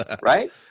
Right